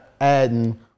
adding